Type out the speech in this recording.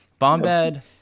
bombad